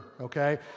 okay